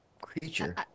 creature